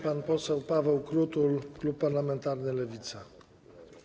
Pan poseł Paweł Krutul, klub parlamentarny Lewica.